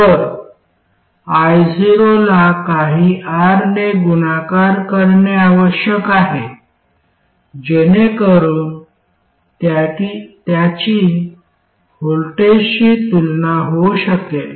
तर io ला काही R ने गुणाकार करणे आवश्यक आहे जेणेकरून त्याची व्होल्टेजशी तुलना होऊ शकेल